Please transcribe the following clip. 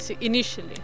initially